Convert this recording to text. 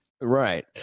Right